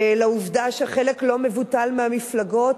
לעובדה שחלק לא מבוטל מהמפלגות,